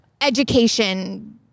education